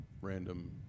random